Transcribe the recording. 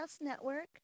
Network